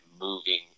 moving